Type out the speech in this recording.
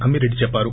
అమ్మిరెడ్లి చెప్పారు